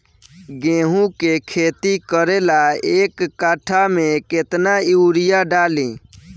गेहूं के खेती करे ला एक काठा में केतना युरीयाँ डाली?